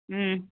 ம்